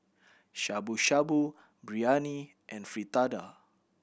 Shabu Shabu Biryani and Fritada